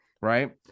right